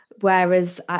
whereas